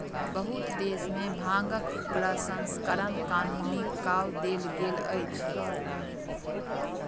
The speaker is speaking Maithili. बहुत देश में भांगक प्रसंस्करण कानूनी कअ देल गेल अछि